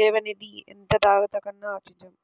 లేవనిది ఎంతకాదన్నా నిజం